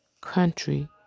country